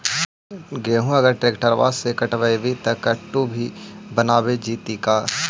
गेहूं अगर ट्रैक्टर से कटबइबै तब कटु भी बनाबे जितै का?